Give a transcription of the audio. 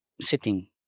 sitting